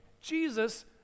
Jesus